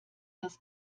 das